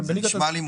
זה נשמע לי מוזר.